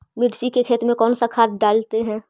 मिर्ची के खेत में कौन सा खाद डालते हैं?